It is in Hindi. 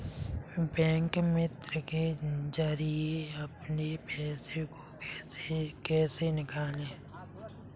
बैंक मित्र के जरिए अपने पैसे को कैसे निकालें?